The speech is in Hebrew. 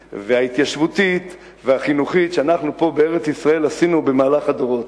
וההתיישבותית והחינוכית שאנחנו פה בארץ-ישראל עשינו במהלך הדורות.